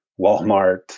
Walmart